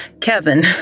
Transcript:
Kevin